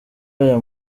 aya